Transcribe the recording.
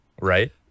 right